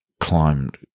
Climbed